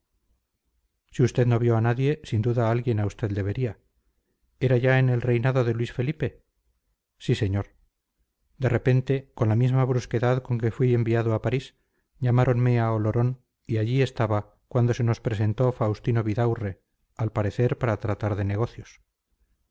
si usted no vio a nadie sin duda alguien a usted le vería era ya en el reinado de luis felipe sí señor de repente con la misma brusquedad con que fui enviado a parís llamáronme a olorón y allí estaba cuando se nos presentó faustino vidaurre al parecer para tratar de negocios